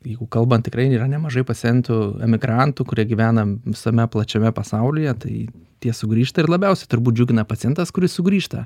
jeigu kalbant tikrai yra nemažai pacientų emigrantų kurie gyvena visame plačiame pasaulyje tai tie sugrįžta ir labiausiai turbūt džiugina pacientas kuris sugrįžta